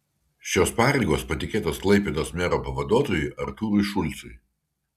šios pareigos patikėtos klaipėdos mero pavaduotojui artūrui šulcui